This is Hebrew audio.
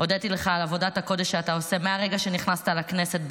הודיתי לך על עבודת הקודש שאתה עושה בנושא מהרגע שנכנסת לכנסת,